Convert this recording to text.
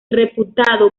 reputado